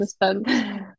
understand